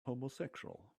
homosexual